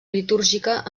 litúrgica